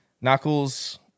Knuckles